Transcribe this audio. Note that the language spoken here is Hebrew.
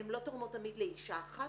הן לא תורמות תמיד לאישה אחת.